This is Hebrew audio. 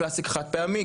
פלסטיק חד פעמי,